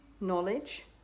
knowledge